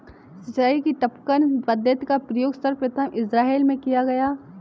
सिंचाई की टपकन पद्धति का प्रयोग सर्वप्रथम इज़राइल में किया गया